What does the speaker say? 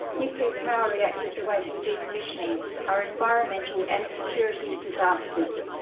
nuclear power reactors awaiting decommissioning are environmental and security disasters.